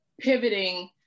pivoting